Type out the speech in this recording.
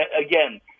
again